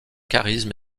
charisme